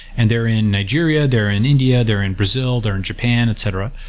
and they are in nigeria, they are in india, they are in brazil, they are in japan, et cetera.